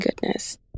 goodness